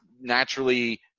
naturally